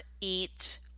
eat